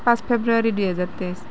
পাঁচ ফেব্ৰুৱাৰী দুহেজাৰ তেইছ